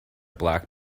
black